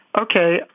Okay